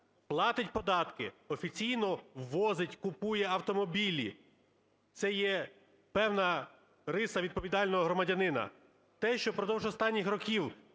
платить податки, офіційно ввозить, купує автомобілі це є певна риса відповідального громадянина. Те, що впродовж останніх років